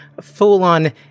full-on